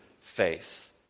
faith